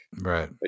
Right